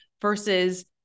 versus